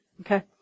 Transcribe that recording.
Okay